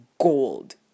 gold